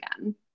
again